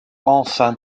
enfin